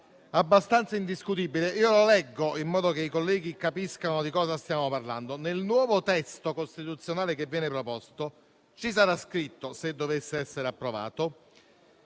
abbastanza indiscutibile. Leggerò, in modo che i colleghi capiscano di che cosa stiamo parlando. Nel nuovo testo costituzionale che viene proposto ci sarà scritto, se dovesse essere approvato,